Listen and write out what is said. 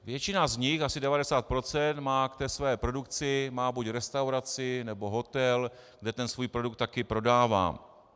Většina z nich, asi 90 %, má k té své produkci buď restauraci, nebo hotel, kde ten svůj produkt taky prodává.